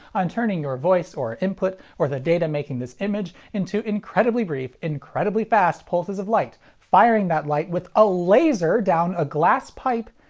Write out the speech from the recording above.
on turning your voice, or input, or the data making this image into incredibly brief, incredibly fast pulses of light, firing that light with a laser down a glass pipe,